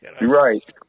Right